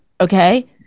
Okay